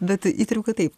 bet įtariu kad taip